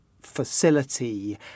facility